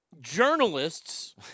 journalists